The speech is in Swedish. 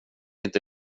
inte